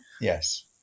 Yes